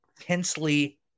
intensely